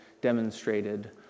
demonstrated